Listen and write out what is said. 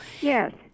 Yes